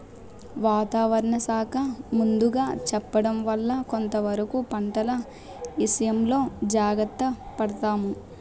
వాతావరణ శాఖ ముందుగా చెప్పడం వల్ల కొంతవరకు పంటల ఇసయంలో జాగర్త పడతాము